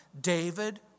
David